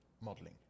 modeling